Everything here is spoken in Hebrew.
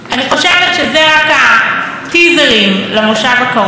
אני חושבת שאלה רק הטיזרים למושב הקרוב.